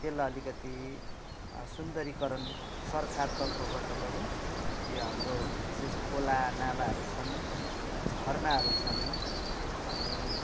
त्यसलाई आलिकति सुन्दरिकरण सरकारतर्फबाट पनि यो हाम्रो बिशेष खोला नालाहरू छन् झरनाहरू छन् अनि